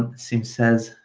ah sim says,